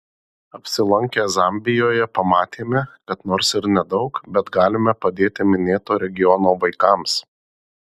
apsilankę zambijoje pamatėme kad nors ir nedaug bet galime padėti minėto regiono vaikams